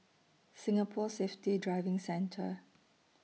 Singapore Safety Driving Centre